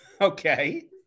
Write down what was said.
Okay